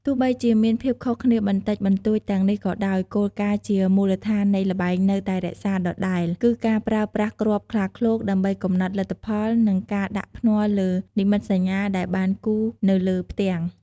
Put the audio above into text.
ទោះបីជាមានភាពខុសគ្នាបន្តិចបន្តួចទាំងនេះក៏ដោយ គោលការណ៍ជាមូលដ្ឋាន នៃល្បែងនៅតែរក្សាដដែល គឺការប្រើប្រាស់គ្រាប់ខ្លាឃ្លោកដើម្បីកំណត់លទ្ធផល និងការដាក់ភ្នាល់លើនិមិត្តសញ្ញាដែលបានគូរនៅលើផ្ទាំង។